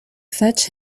fetch